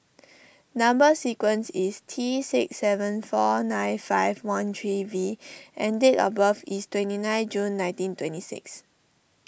Number Sequence is T six seven four nine five one three V and date of birth is twenty nine June nineteen twenty six